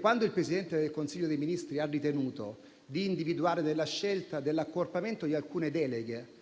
Quando il Presidente del Consiglio dei ministri ha ritenuto di individuare, nella scelta dell'accorpamento di alcune deleghe,